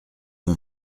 mon